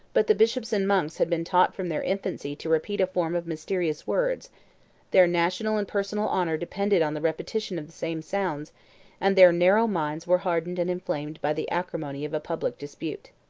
but the bishops and monks had been taught from their infancy to repeat a form of mysterious words their national and personal honor depended on the repetition of the same sounds and their narrow minds were hardened and inflamed by the acrimony of a public dispute.